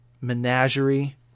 menagerie